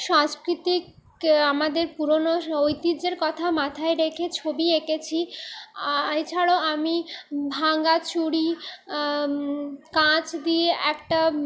সাংস্কৃতিক আমাদের পুরোনো ঐতিহ্যের কথা মাথায় রেখে ছবি এঁকেছি এছাড়াও আমি ভাঙ্গা চুরি কাঁচ দিয়ে একটা